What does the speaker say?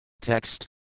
TEXT